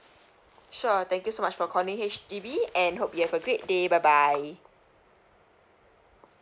sure thank you so much for calling H_D_B and hope you have a great day bye bye